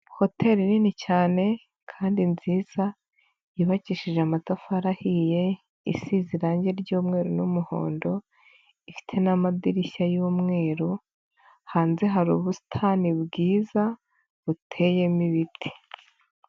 Hoteli nini cyane kandi nziza yubakishije amatafari ahiye isi irange ry'umweru n'umuhondo, ifite n'amadirishya y'umweru, hanze hari ubusitani bwiza buteyemo ibiti.